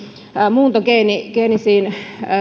muuntogeenisiin